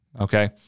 Okay